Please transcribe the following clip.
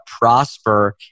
prosper